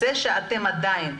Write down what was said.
זה שאתם עדיין,